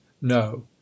no